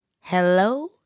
Hello